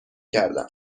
کردم